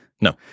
No